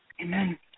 amen